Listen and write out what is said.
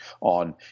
on